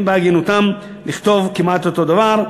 בהגינותם לכתוב כמעט את אותו הדבר.